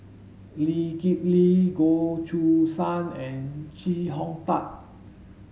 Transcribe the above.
Lee Kip Lee Goh Choo San and Chee Hong Tat